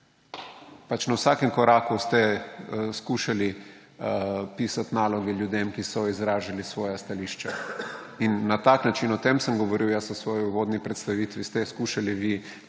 Pač, na vsakem koraku ste skušali pisati naloge ljudem, ki so izražali svoja stališča. In na tak način, o tem sem govoril jaz v svoji uvodni predstavitvi, ste skušali vi